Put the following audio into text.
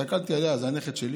הסתכלתי עליה, זה הנכד שלי?